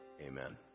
Amen